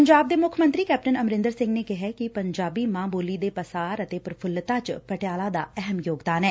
ਪੰਜਾਬ ਦੇ ਮੁੱਖ ਮੰਤਰੀ ਕੈਪਟਨ ਅਮਰੰਦਰ ਸਿੰਘ ਨੇ ਕਿਹਾ ਕਿ ਪੰਜਾਬੀ ਮਾਂ ਬੋਲੀ ਦੇ ਪਸਾਰ ਅਤੇ ਪ੍ਰਫੁਲਤਾ ਚ ਪਟਿਆਲਾ ਦਾ ਅਹਿਮ ਯੋਗਦਾਨ ਏ